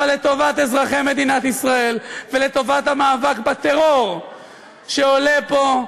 אבל לטובת אזרחי מדינת ישראל ולטובת המאבק בטרור שעולה פה,